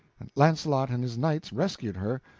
launcelot and his knights rescued her,